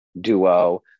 duo